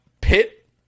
pit